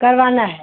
करवाना है